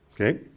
Okay